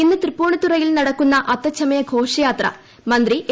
ഇന്ന് തൃപ്പൂണിത്തുറയിൽ നടക്കുന്ന അത്തച്ചമയ ഘോഷയാത്ര മന്ത്രി എ